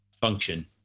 function